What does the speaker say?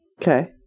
Okay